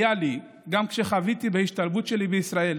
גם כשחוויתי את ההשתלבות שלי בישראל,